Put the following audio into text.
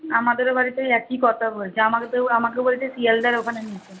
আমাদেরও বাড়িতে ওই একই কথা বলছে আমাকে তো ও আমাকে বলছে শিয়ালদার ওখানে নিতে